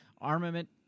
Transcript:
armament